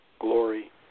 glory